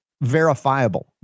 verifiable